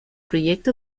proyecto